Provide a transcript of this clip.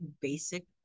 Basic